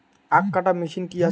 আখ কাটা মেশিন কি আছে?